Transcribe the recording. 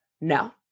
No